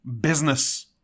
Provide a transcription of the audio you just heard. business